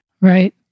Right